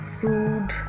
food